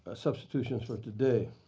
ah substitutions for today.